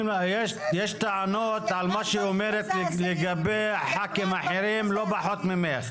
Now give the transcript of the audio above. יש טענות על מה שהיא אומרת לגבי ח"כים אחרים לא פחות ממך.